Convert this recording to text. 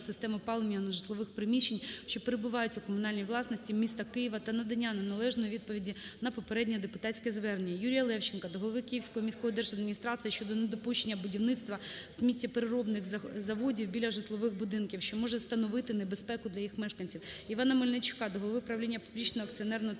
систем опалення нежитлових приміщень, що перебувають у комунальній власності міста Києва та надання неналежної відповіді на попереднє депутатське звернення. ЮріяЛевченка до голови Київської міської держадміністрації щодо недопущення будівництва сміттєпереробних заводів біля житлових будинків, що може становити небезпеку для їх мешканців. Івана Мельничука до голови правління Публічного акціонерного